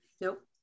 nope